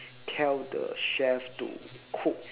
tell the chef to cook